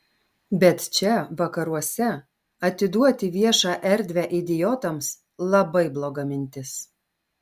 bet čia vakaruose atiduoti viešą erdvę idiotams labai bloga mintis